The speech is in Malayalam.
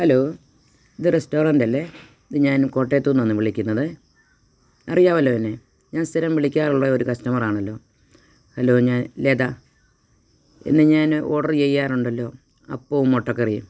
ഹലോ ഇത് റെസ്റ്റോറൻ്റല്ലേ ഇത് ഞാൻ കോട്ടയത്ത് നിന്നാണ് വിളിക്കുന്നത് അറിയാവല്ലോ എന്നെ ഞാൻ സ്ഥിരം വിളിക്കാറുള്ള ഒരു കസ്റ്റമറാണല്ലോ ഹലോ ഞാൻ ലത എന്നും ഞാൻ ഓർഡർ ചെയ്യാറുണ്ടല്ലോ അപ്പവും മുട്ടക്കറിയും